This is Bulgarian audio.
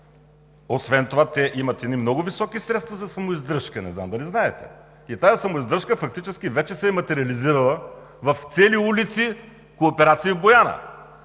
Освен това те имат много високи средства за самоиздръжка, не знам дали знаете? И тази самоиздръжка фактически вече се е материализирала в цели улици с кооперации в Бояна